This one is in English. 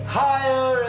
higher